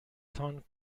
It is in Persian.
تان